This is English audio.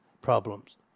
problems